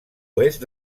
oest